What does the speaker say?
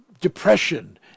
depression